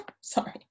Sorry